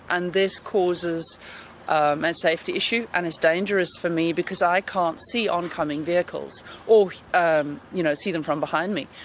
and this causes ah a safety issue and is dangerous for me because i can't see oncoming vehicles or um you know see them from behind me.